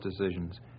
decisions